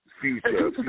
future